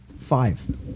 Five